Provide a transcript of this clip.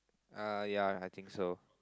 uh ya I think so